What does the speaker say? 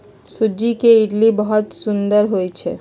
सूज्ज़ी के इडली बहुत सुअदगर होइ छइ